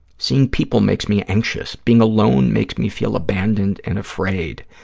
seeing people makes me anxious. being alone makes me feel abandoned and afraid.